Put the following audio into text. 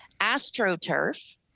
AstroTurf